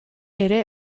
ere